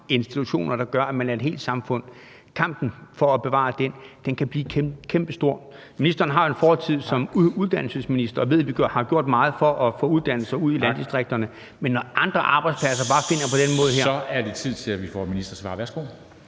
institutioner, der gør, at man er et helt samfund, blive kæmpestor. Ministeren har en fortid som uddannelsesminister og ved, at vi har gjort meget for at få uddannelser ud i landdistrikterne. Kl. 13:53 Formanden (Henrik Dam Kristensen): Så er det tid til, at vi får et ministersvar. Værsgo.